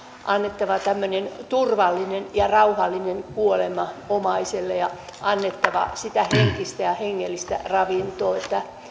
annettava tämmöinen turvallinen ja rauhallinen kuolema omaiselle ja annettava sitä henkistä ja hengellistä ravintoa